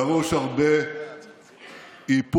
דרוש הרבה איפוק,